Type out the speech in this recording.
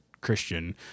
Christian